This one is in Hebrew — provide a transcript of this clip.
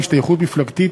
השתייכות מפלגתית,